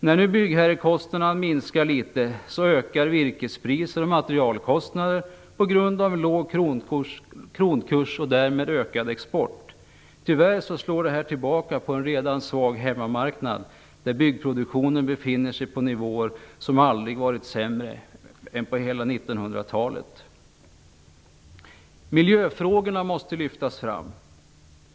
När nu byggherrekostnaderna minskar litet ökar virkespriser och materialkostnader på grund av låg kronkurs och därmed ökad export. Tyvärr slår det tillbaka på en redan svag hemmamarknad. Byggproduktionen befinner sig där på nivåer som aldrig varit sämre under hela 1900-talet. Miljöfrågorna måste lyftas fram.